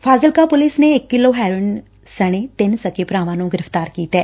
Fazilka police ਨੇ ਇਕ kilo heroin ਸਣੇ ਤਿੰਨ ਸਕੇ ਭਰਾਵਾ ਨੂੰ ਗ੍ਰਿਫਤਾਰ ਕੀਤੈ